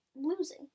LOSING